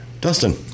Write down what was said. Dustin